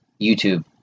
YouTube